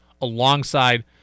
alongside